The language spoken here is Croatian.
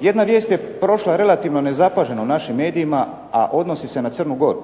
Jedna vijest je prošla relativno nezapaženo u našim medijima, a odnosi se na Crnu Goru.